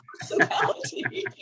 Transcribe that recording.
personality